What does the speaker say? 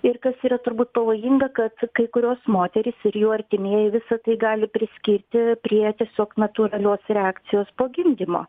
ir kas yra turbūt pavojinga kad kai kurios moterys ir jų artimieji visa tai gali priskirti prie tiesiog natūralios reakcijos po gydymo